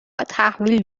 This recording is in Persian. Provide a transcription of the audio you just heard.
تحویل